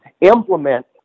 implement